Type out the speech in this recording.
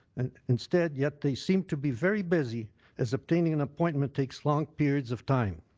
instead yet they seem to be very busy as obtaining an appointment takes long periods of time.